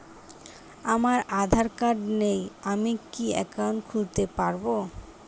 আমার আধার কার্ড নেই আমি কি একাউন্ট খুলতে পারব?